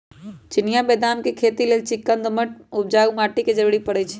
चिनियाँ बेदाम के खेती लेल चिक्कन दोमट उपजाऊ माटी के जरूरी पड़इ छइ